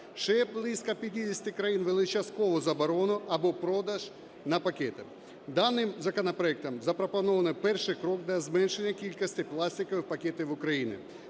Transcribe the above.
ще близько 50 країн ввели часткову заборону або продаж на пакети. Даним законопроектом запропоновано перший крок до зменшення кількості пластикових пакетів в Україні.